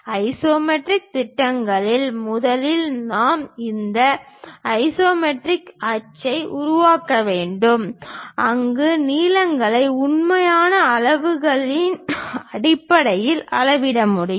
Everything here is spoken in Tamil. ஐசோமெட்ரிக் திட்டங்களில் முதலில் நாம் இந்த ஐசோமெட்ரிக் அச்சை உருவாக்க வேண்டும் அங்கு நீளங்களை உண்மையான அளவிலான அடிப்படையில் அளவிட முடியும்